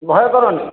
ଭୟ କରନି